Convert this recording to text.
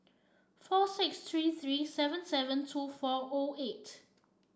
four six three three seven seven two four O eight